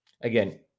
again